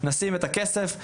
נשים את הכסף,